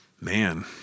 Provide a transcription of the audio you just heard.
Man